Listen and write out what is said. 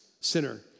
sinner